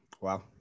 Wow